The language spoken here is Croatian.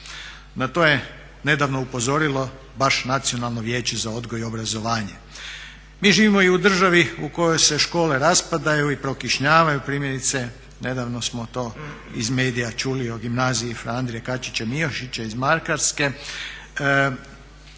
Na to je nedavno upozorilo baš Nacionalno vijeće za odgoj i obrazovanje. Mi živimo i u državi u kojoj se škole raspadaju i prokišnjavaju, primjerice nedavno smo to iz medija čuli o gimnaziji Fra Andrije Kačića Miočića iz Makarske.